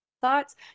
thoughts